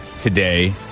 today